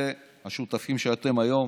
זה השותפים שאתם היום